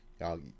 y'all